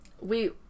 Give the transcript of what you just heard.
We-